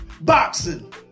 boxing